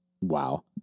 Wow